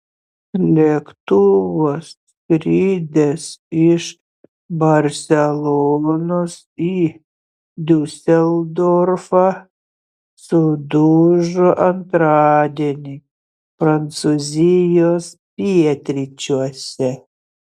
lėktuvas skridęs iš barselonos į diuseldorfą sudužo antradienį prancūzijos pietryčiuose